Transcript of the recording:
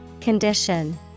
Condition